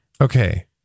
Okay